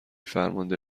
فرمانده